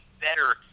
better